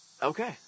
Okay